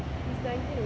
he's nineteen